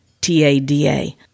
T-A-D-A